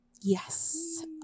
Yes